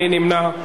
מי נמנע?